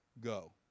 go